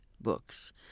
books